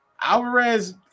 Alvarez